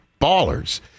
ballers